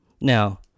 Now